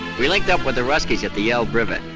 we linked up with the russkies at the elbe river,